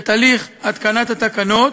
את הליך התקנת התקנות,